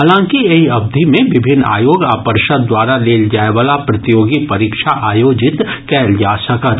हालांकि एहि अवधि मे विभिन्न आयोग आ पर्षद द्वारा लेल जायवला प्रतियोगी परीक्षा आयोजित कयल जा सकत